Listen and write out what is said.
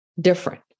different